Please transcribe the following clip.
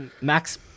Max